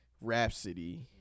Rhapsody